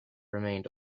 remained